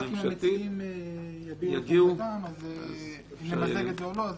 וכאשר חברי הכנסת המציעים יביעו את עמדתם אם למזג את זה או לא,